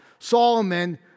Solomon